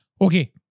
Okay